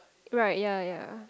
right yea yea